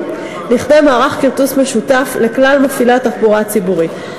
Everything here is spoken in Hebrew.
לכדי מערך כרטוס משותף לכלל מפעילי התחבורה הציבורית,